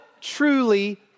truly